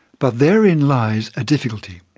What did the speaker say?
but therein lies a difficulty.